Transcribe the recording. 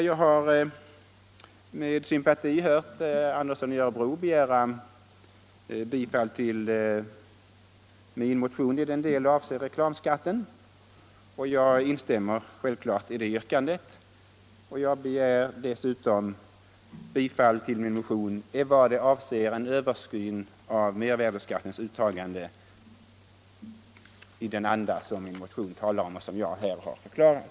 Jag har med sympati hört herr Andersson i Örebro yrka bifall till min motion i den del den avser reklamskatten, och jag instämmer självklart i det yrkandet. Jag yrkar dessutom bifall till min motion i vad den avser en översyn av mervärdeskattens uttagande i den anda som motionen talar om och som jag har förklarat.